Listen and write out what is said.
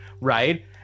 right